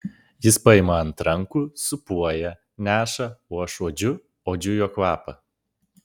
jis paima ant rankų sūpuoja neša o aš uodžiu uodžiu jo kvapą